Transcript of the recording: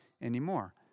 anymore